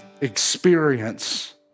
experience